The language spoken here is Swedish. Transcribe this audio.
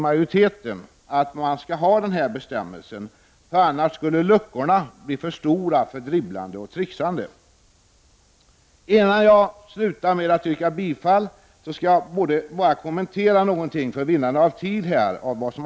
Majoriteten tycker att denna bestämmelse är nödvändig, då luckorna annars skulle bli för stora för dribblande och trixande. Innan jag slutar skall jag för vinnande av tid kommentera något av det som har sagts.